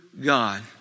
God